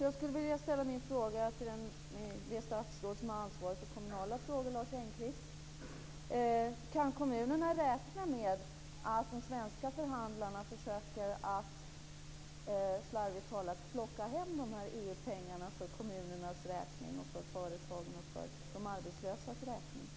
Jag skulle vilja ställa min fråga till det statsråd som har ansvar för kommunala frågor, Lars Engqvist: Kan kommunerna räkna med att de svenska förhandlarna försöker att, slarvigt uttryckt, plocka hem de här EU-pengarna för kommunernas, företagens och de arbetslösas räkning?